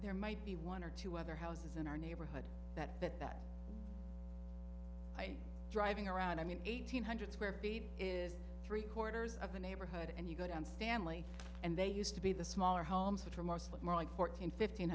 there might be one or two other houses in our neighborhood that fit that by driving around i mean eight hundred square feet is three quarters of a neighborhood and you go down stanley and they used to be the smaller homes which are mostly more like fourteen fifteen